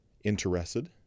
interested